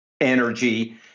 energy